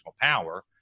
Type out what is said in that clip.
power